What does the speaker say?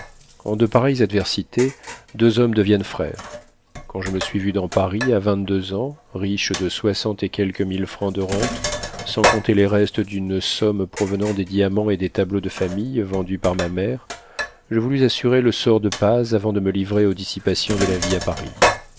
en de pareilles adversités deux hommes deviennent frères quand je me suis vu dans paris à vingt-deux ans riche de soixante et quelques mille francs de rentes sans compter les restes d'une somme provenant des diamants et des tableaux de famille vendus par ma mère je voulus assurer le sort de paz avant de me livrer aux dissipations de la vie à paris